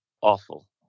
awful